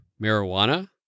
Marijuana